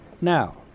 Now